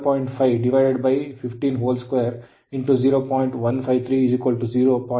ಆದ್ದರಿಂದ energy loss 5 0